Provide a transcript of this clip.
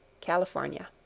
California